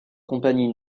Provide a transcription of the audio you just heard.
compagnie